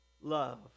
love